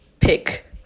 pick